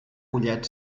collet